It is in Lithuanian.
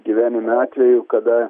gyvenime atvejų kada